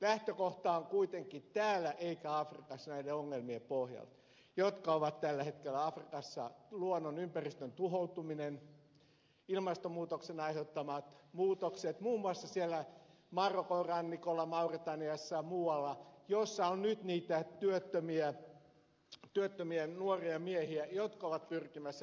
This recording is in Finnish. lähtökohta on kuitenkin täällä eikä afrikassa näiden ongelmien pohjalla jotka ovat tällä hetkellä afrikassa luonnon ja ympäristön tuhoutuminen ilmastonmuutoksen aiheuttamat muutokset muun muassa marokon rannikolla mauritaniassa muualla missä on nyt niitä työttömiä nuoria miehiä jotka ovat pyrkimässä pohjoiseen